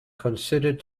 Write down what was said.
considered